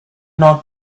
not